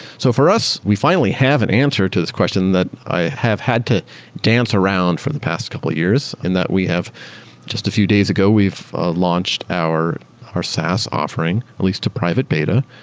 so for us, we finally have an answer to this question that i have had to dance around for the past couple of years and that we have just a few days ago, we've launched our our saas offering, at least to private beta.